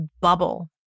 bubble